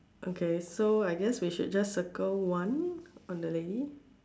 okay so I guess we should just circle one on the lady